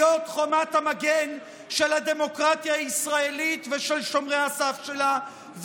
חומת המגן של הדמוקרטיה הישראלית ושל שומרי הסף שלה,